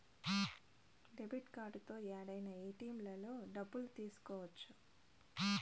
debit కార్డుతో యాడైనా ఏటిఎంలలో డబ్బులు తీసుకోవచ్చు